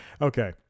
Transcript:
Okay